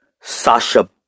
Sasha